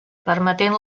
permetent